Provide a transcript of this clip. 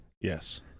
Yes